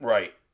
Right